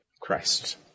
Christ